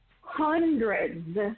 hundreds